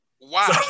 Wow